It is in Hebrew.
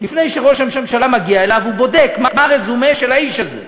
לפני שראש הממשלה מגיע אליו הוא בודק מה הרזומה של האיש הזה.